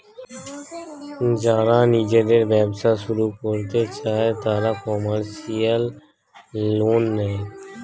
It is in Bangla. যারা নিজেদের ব্যবসা শুরু করতে চায় তারা কমার্শিয়াল লোন নেয়